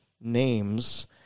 names